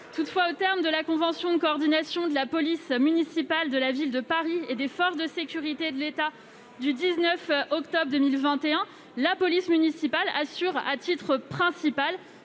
Toutefois, aux termes de la convention de coordination de la police municipale de la Ville de Paris et des forces de sécurité de l'État du 13 octobre 2021, la police municipale assure, à titre principal,